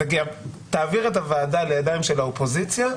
וגם תעביר את הוועדה לידיים של האופוזיציה,